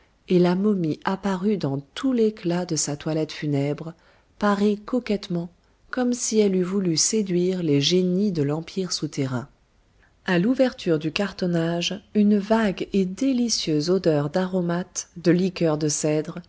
et la momie apparut dans tout l'éclat de sa toilette funèbre parée coquettement comme si elle eût voulu séduire les génies de l'empire souterrain à l'ouverture du cartonnage une vague et délicieuse odeur d'aromates de liqueur de cèdre